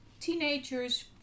Teenagers